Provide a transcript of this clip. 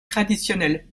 traditionnelle